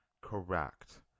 Correct